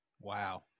wow